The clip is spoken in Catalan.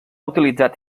utilitzat